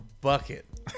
bucket